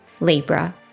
Libra